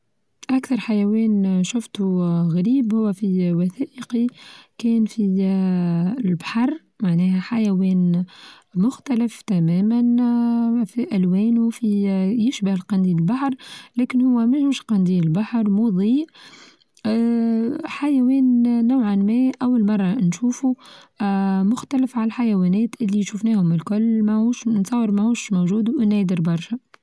أكثر حيوان شفته غريب هو في وثائقي كان في البحر معناها حيوان مختلف تماما في الوانه فيه يشبه القنديل البحر لكن هو ماهوش قنديل بحر مضيء آآ حيوان نوعا أول مرة نشوفه اه مختلف عن الحيوانات اللي شفناهم الكل ماهوش نتصور ماهوش موچود ونادر برشا.